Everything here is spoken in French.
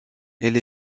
elle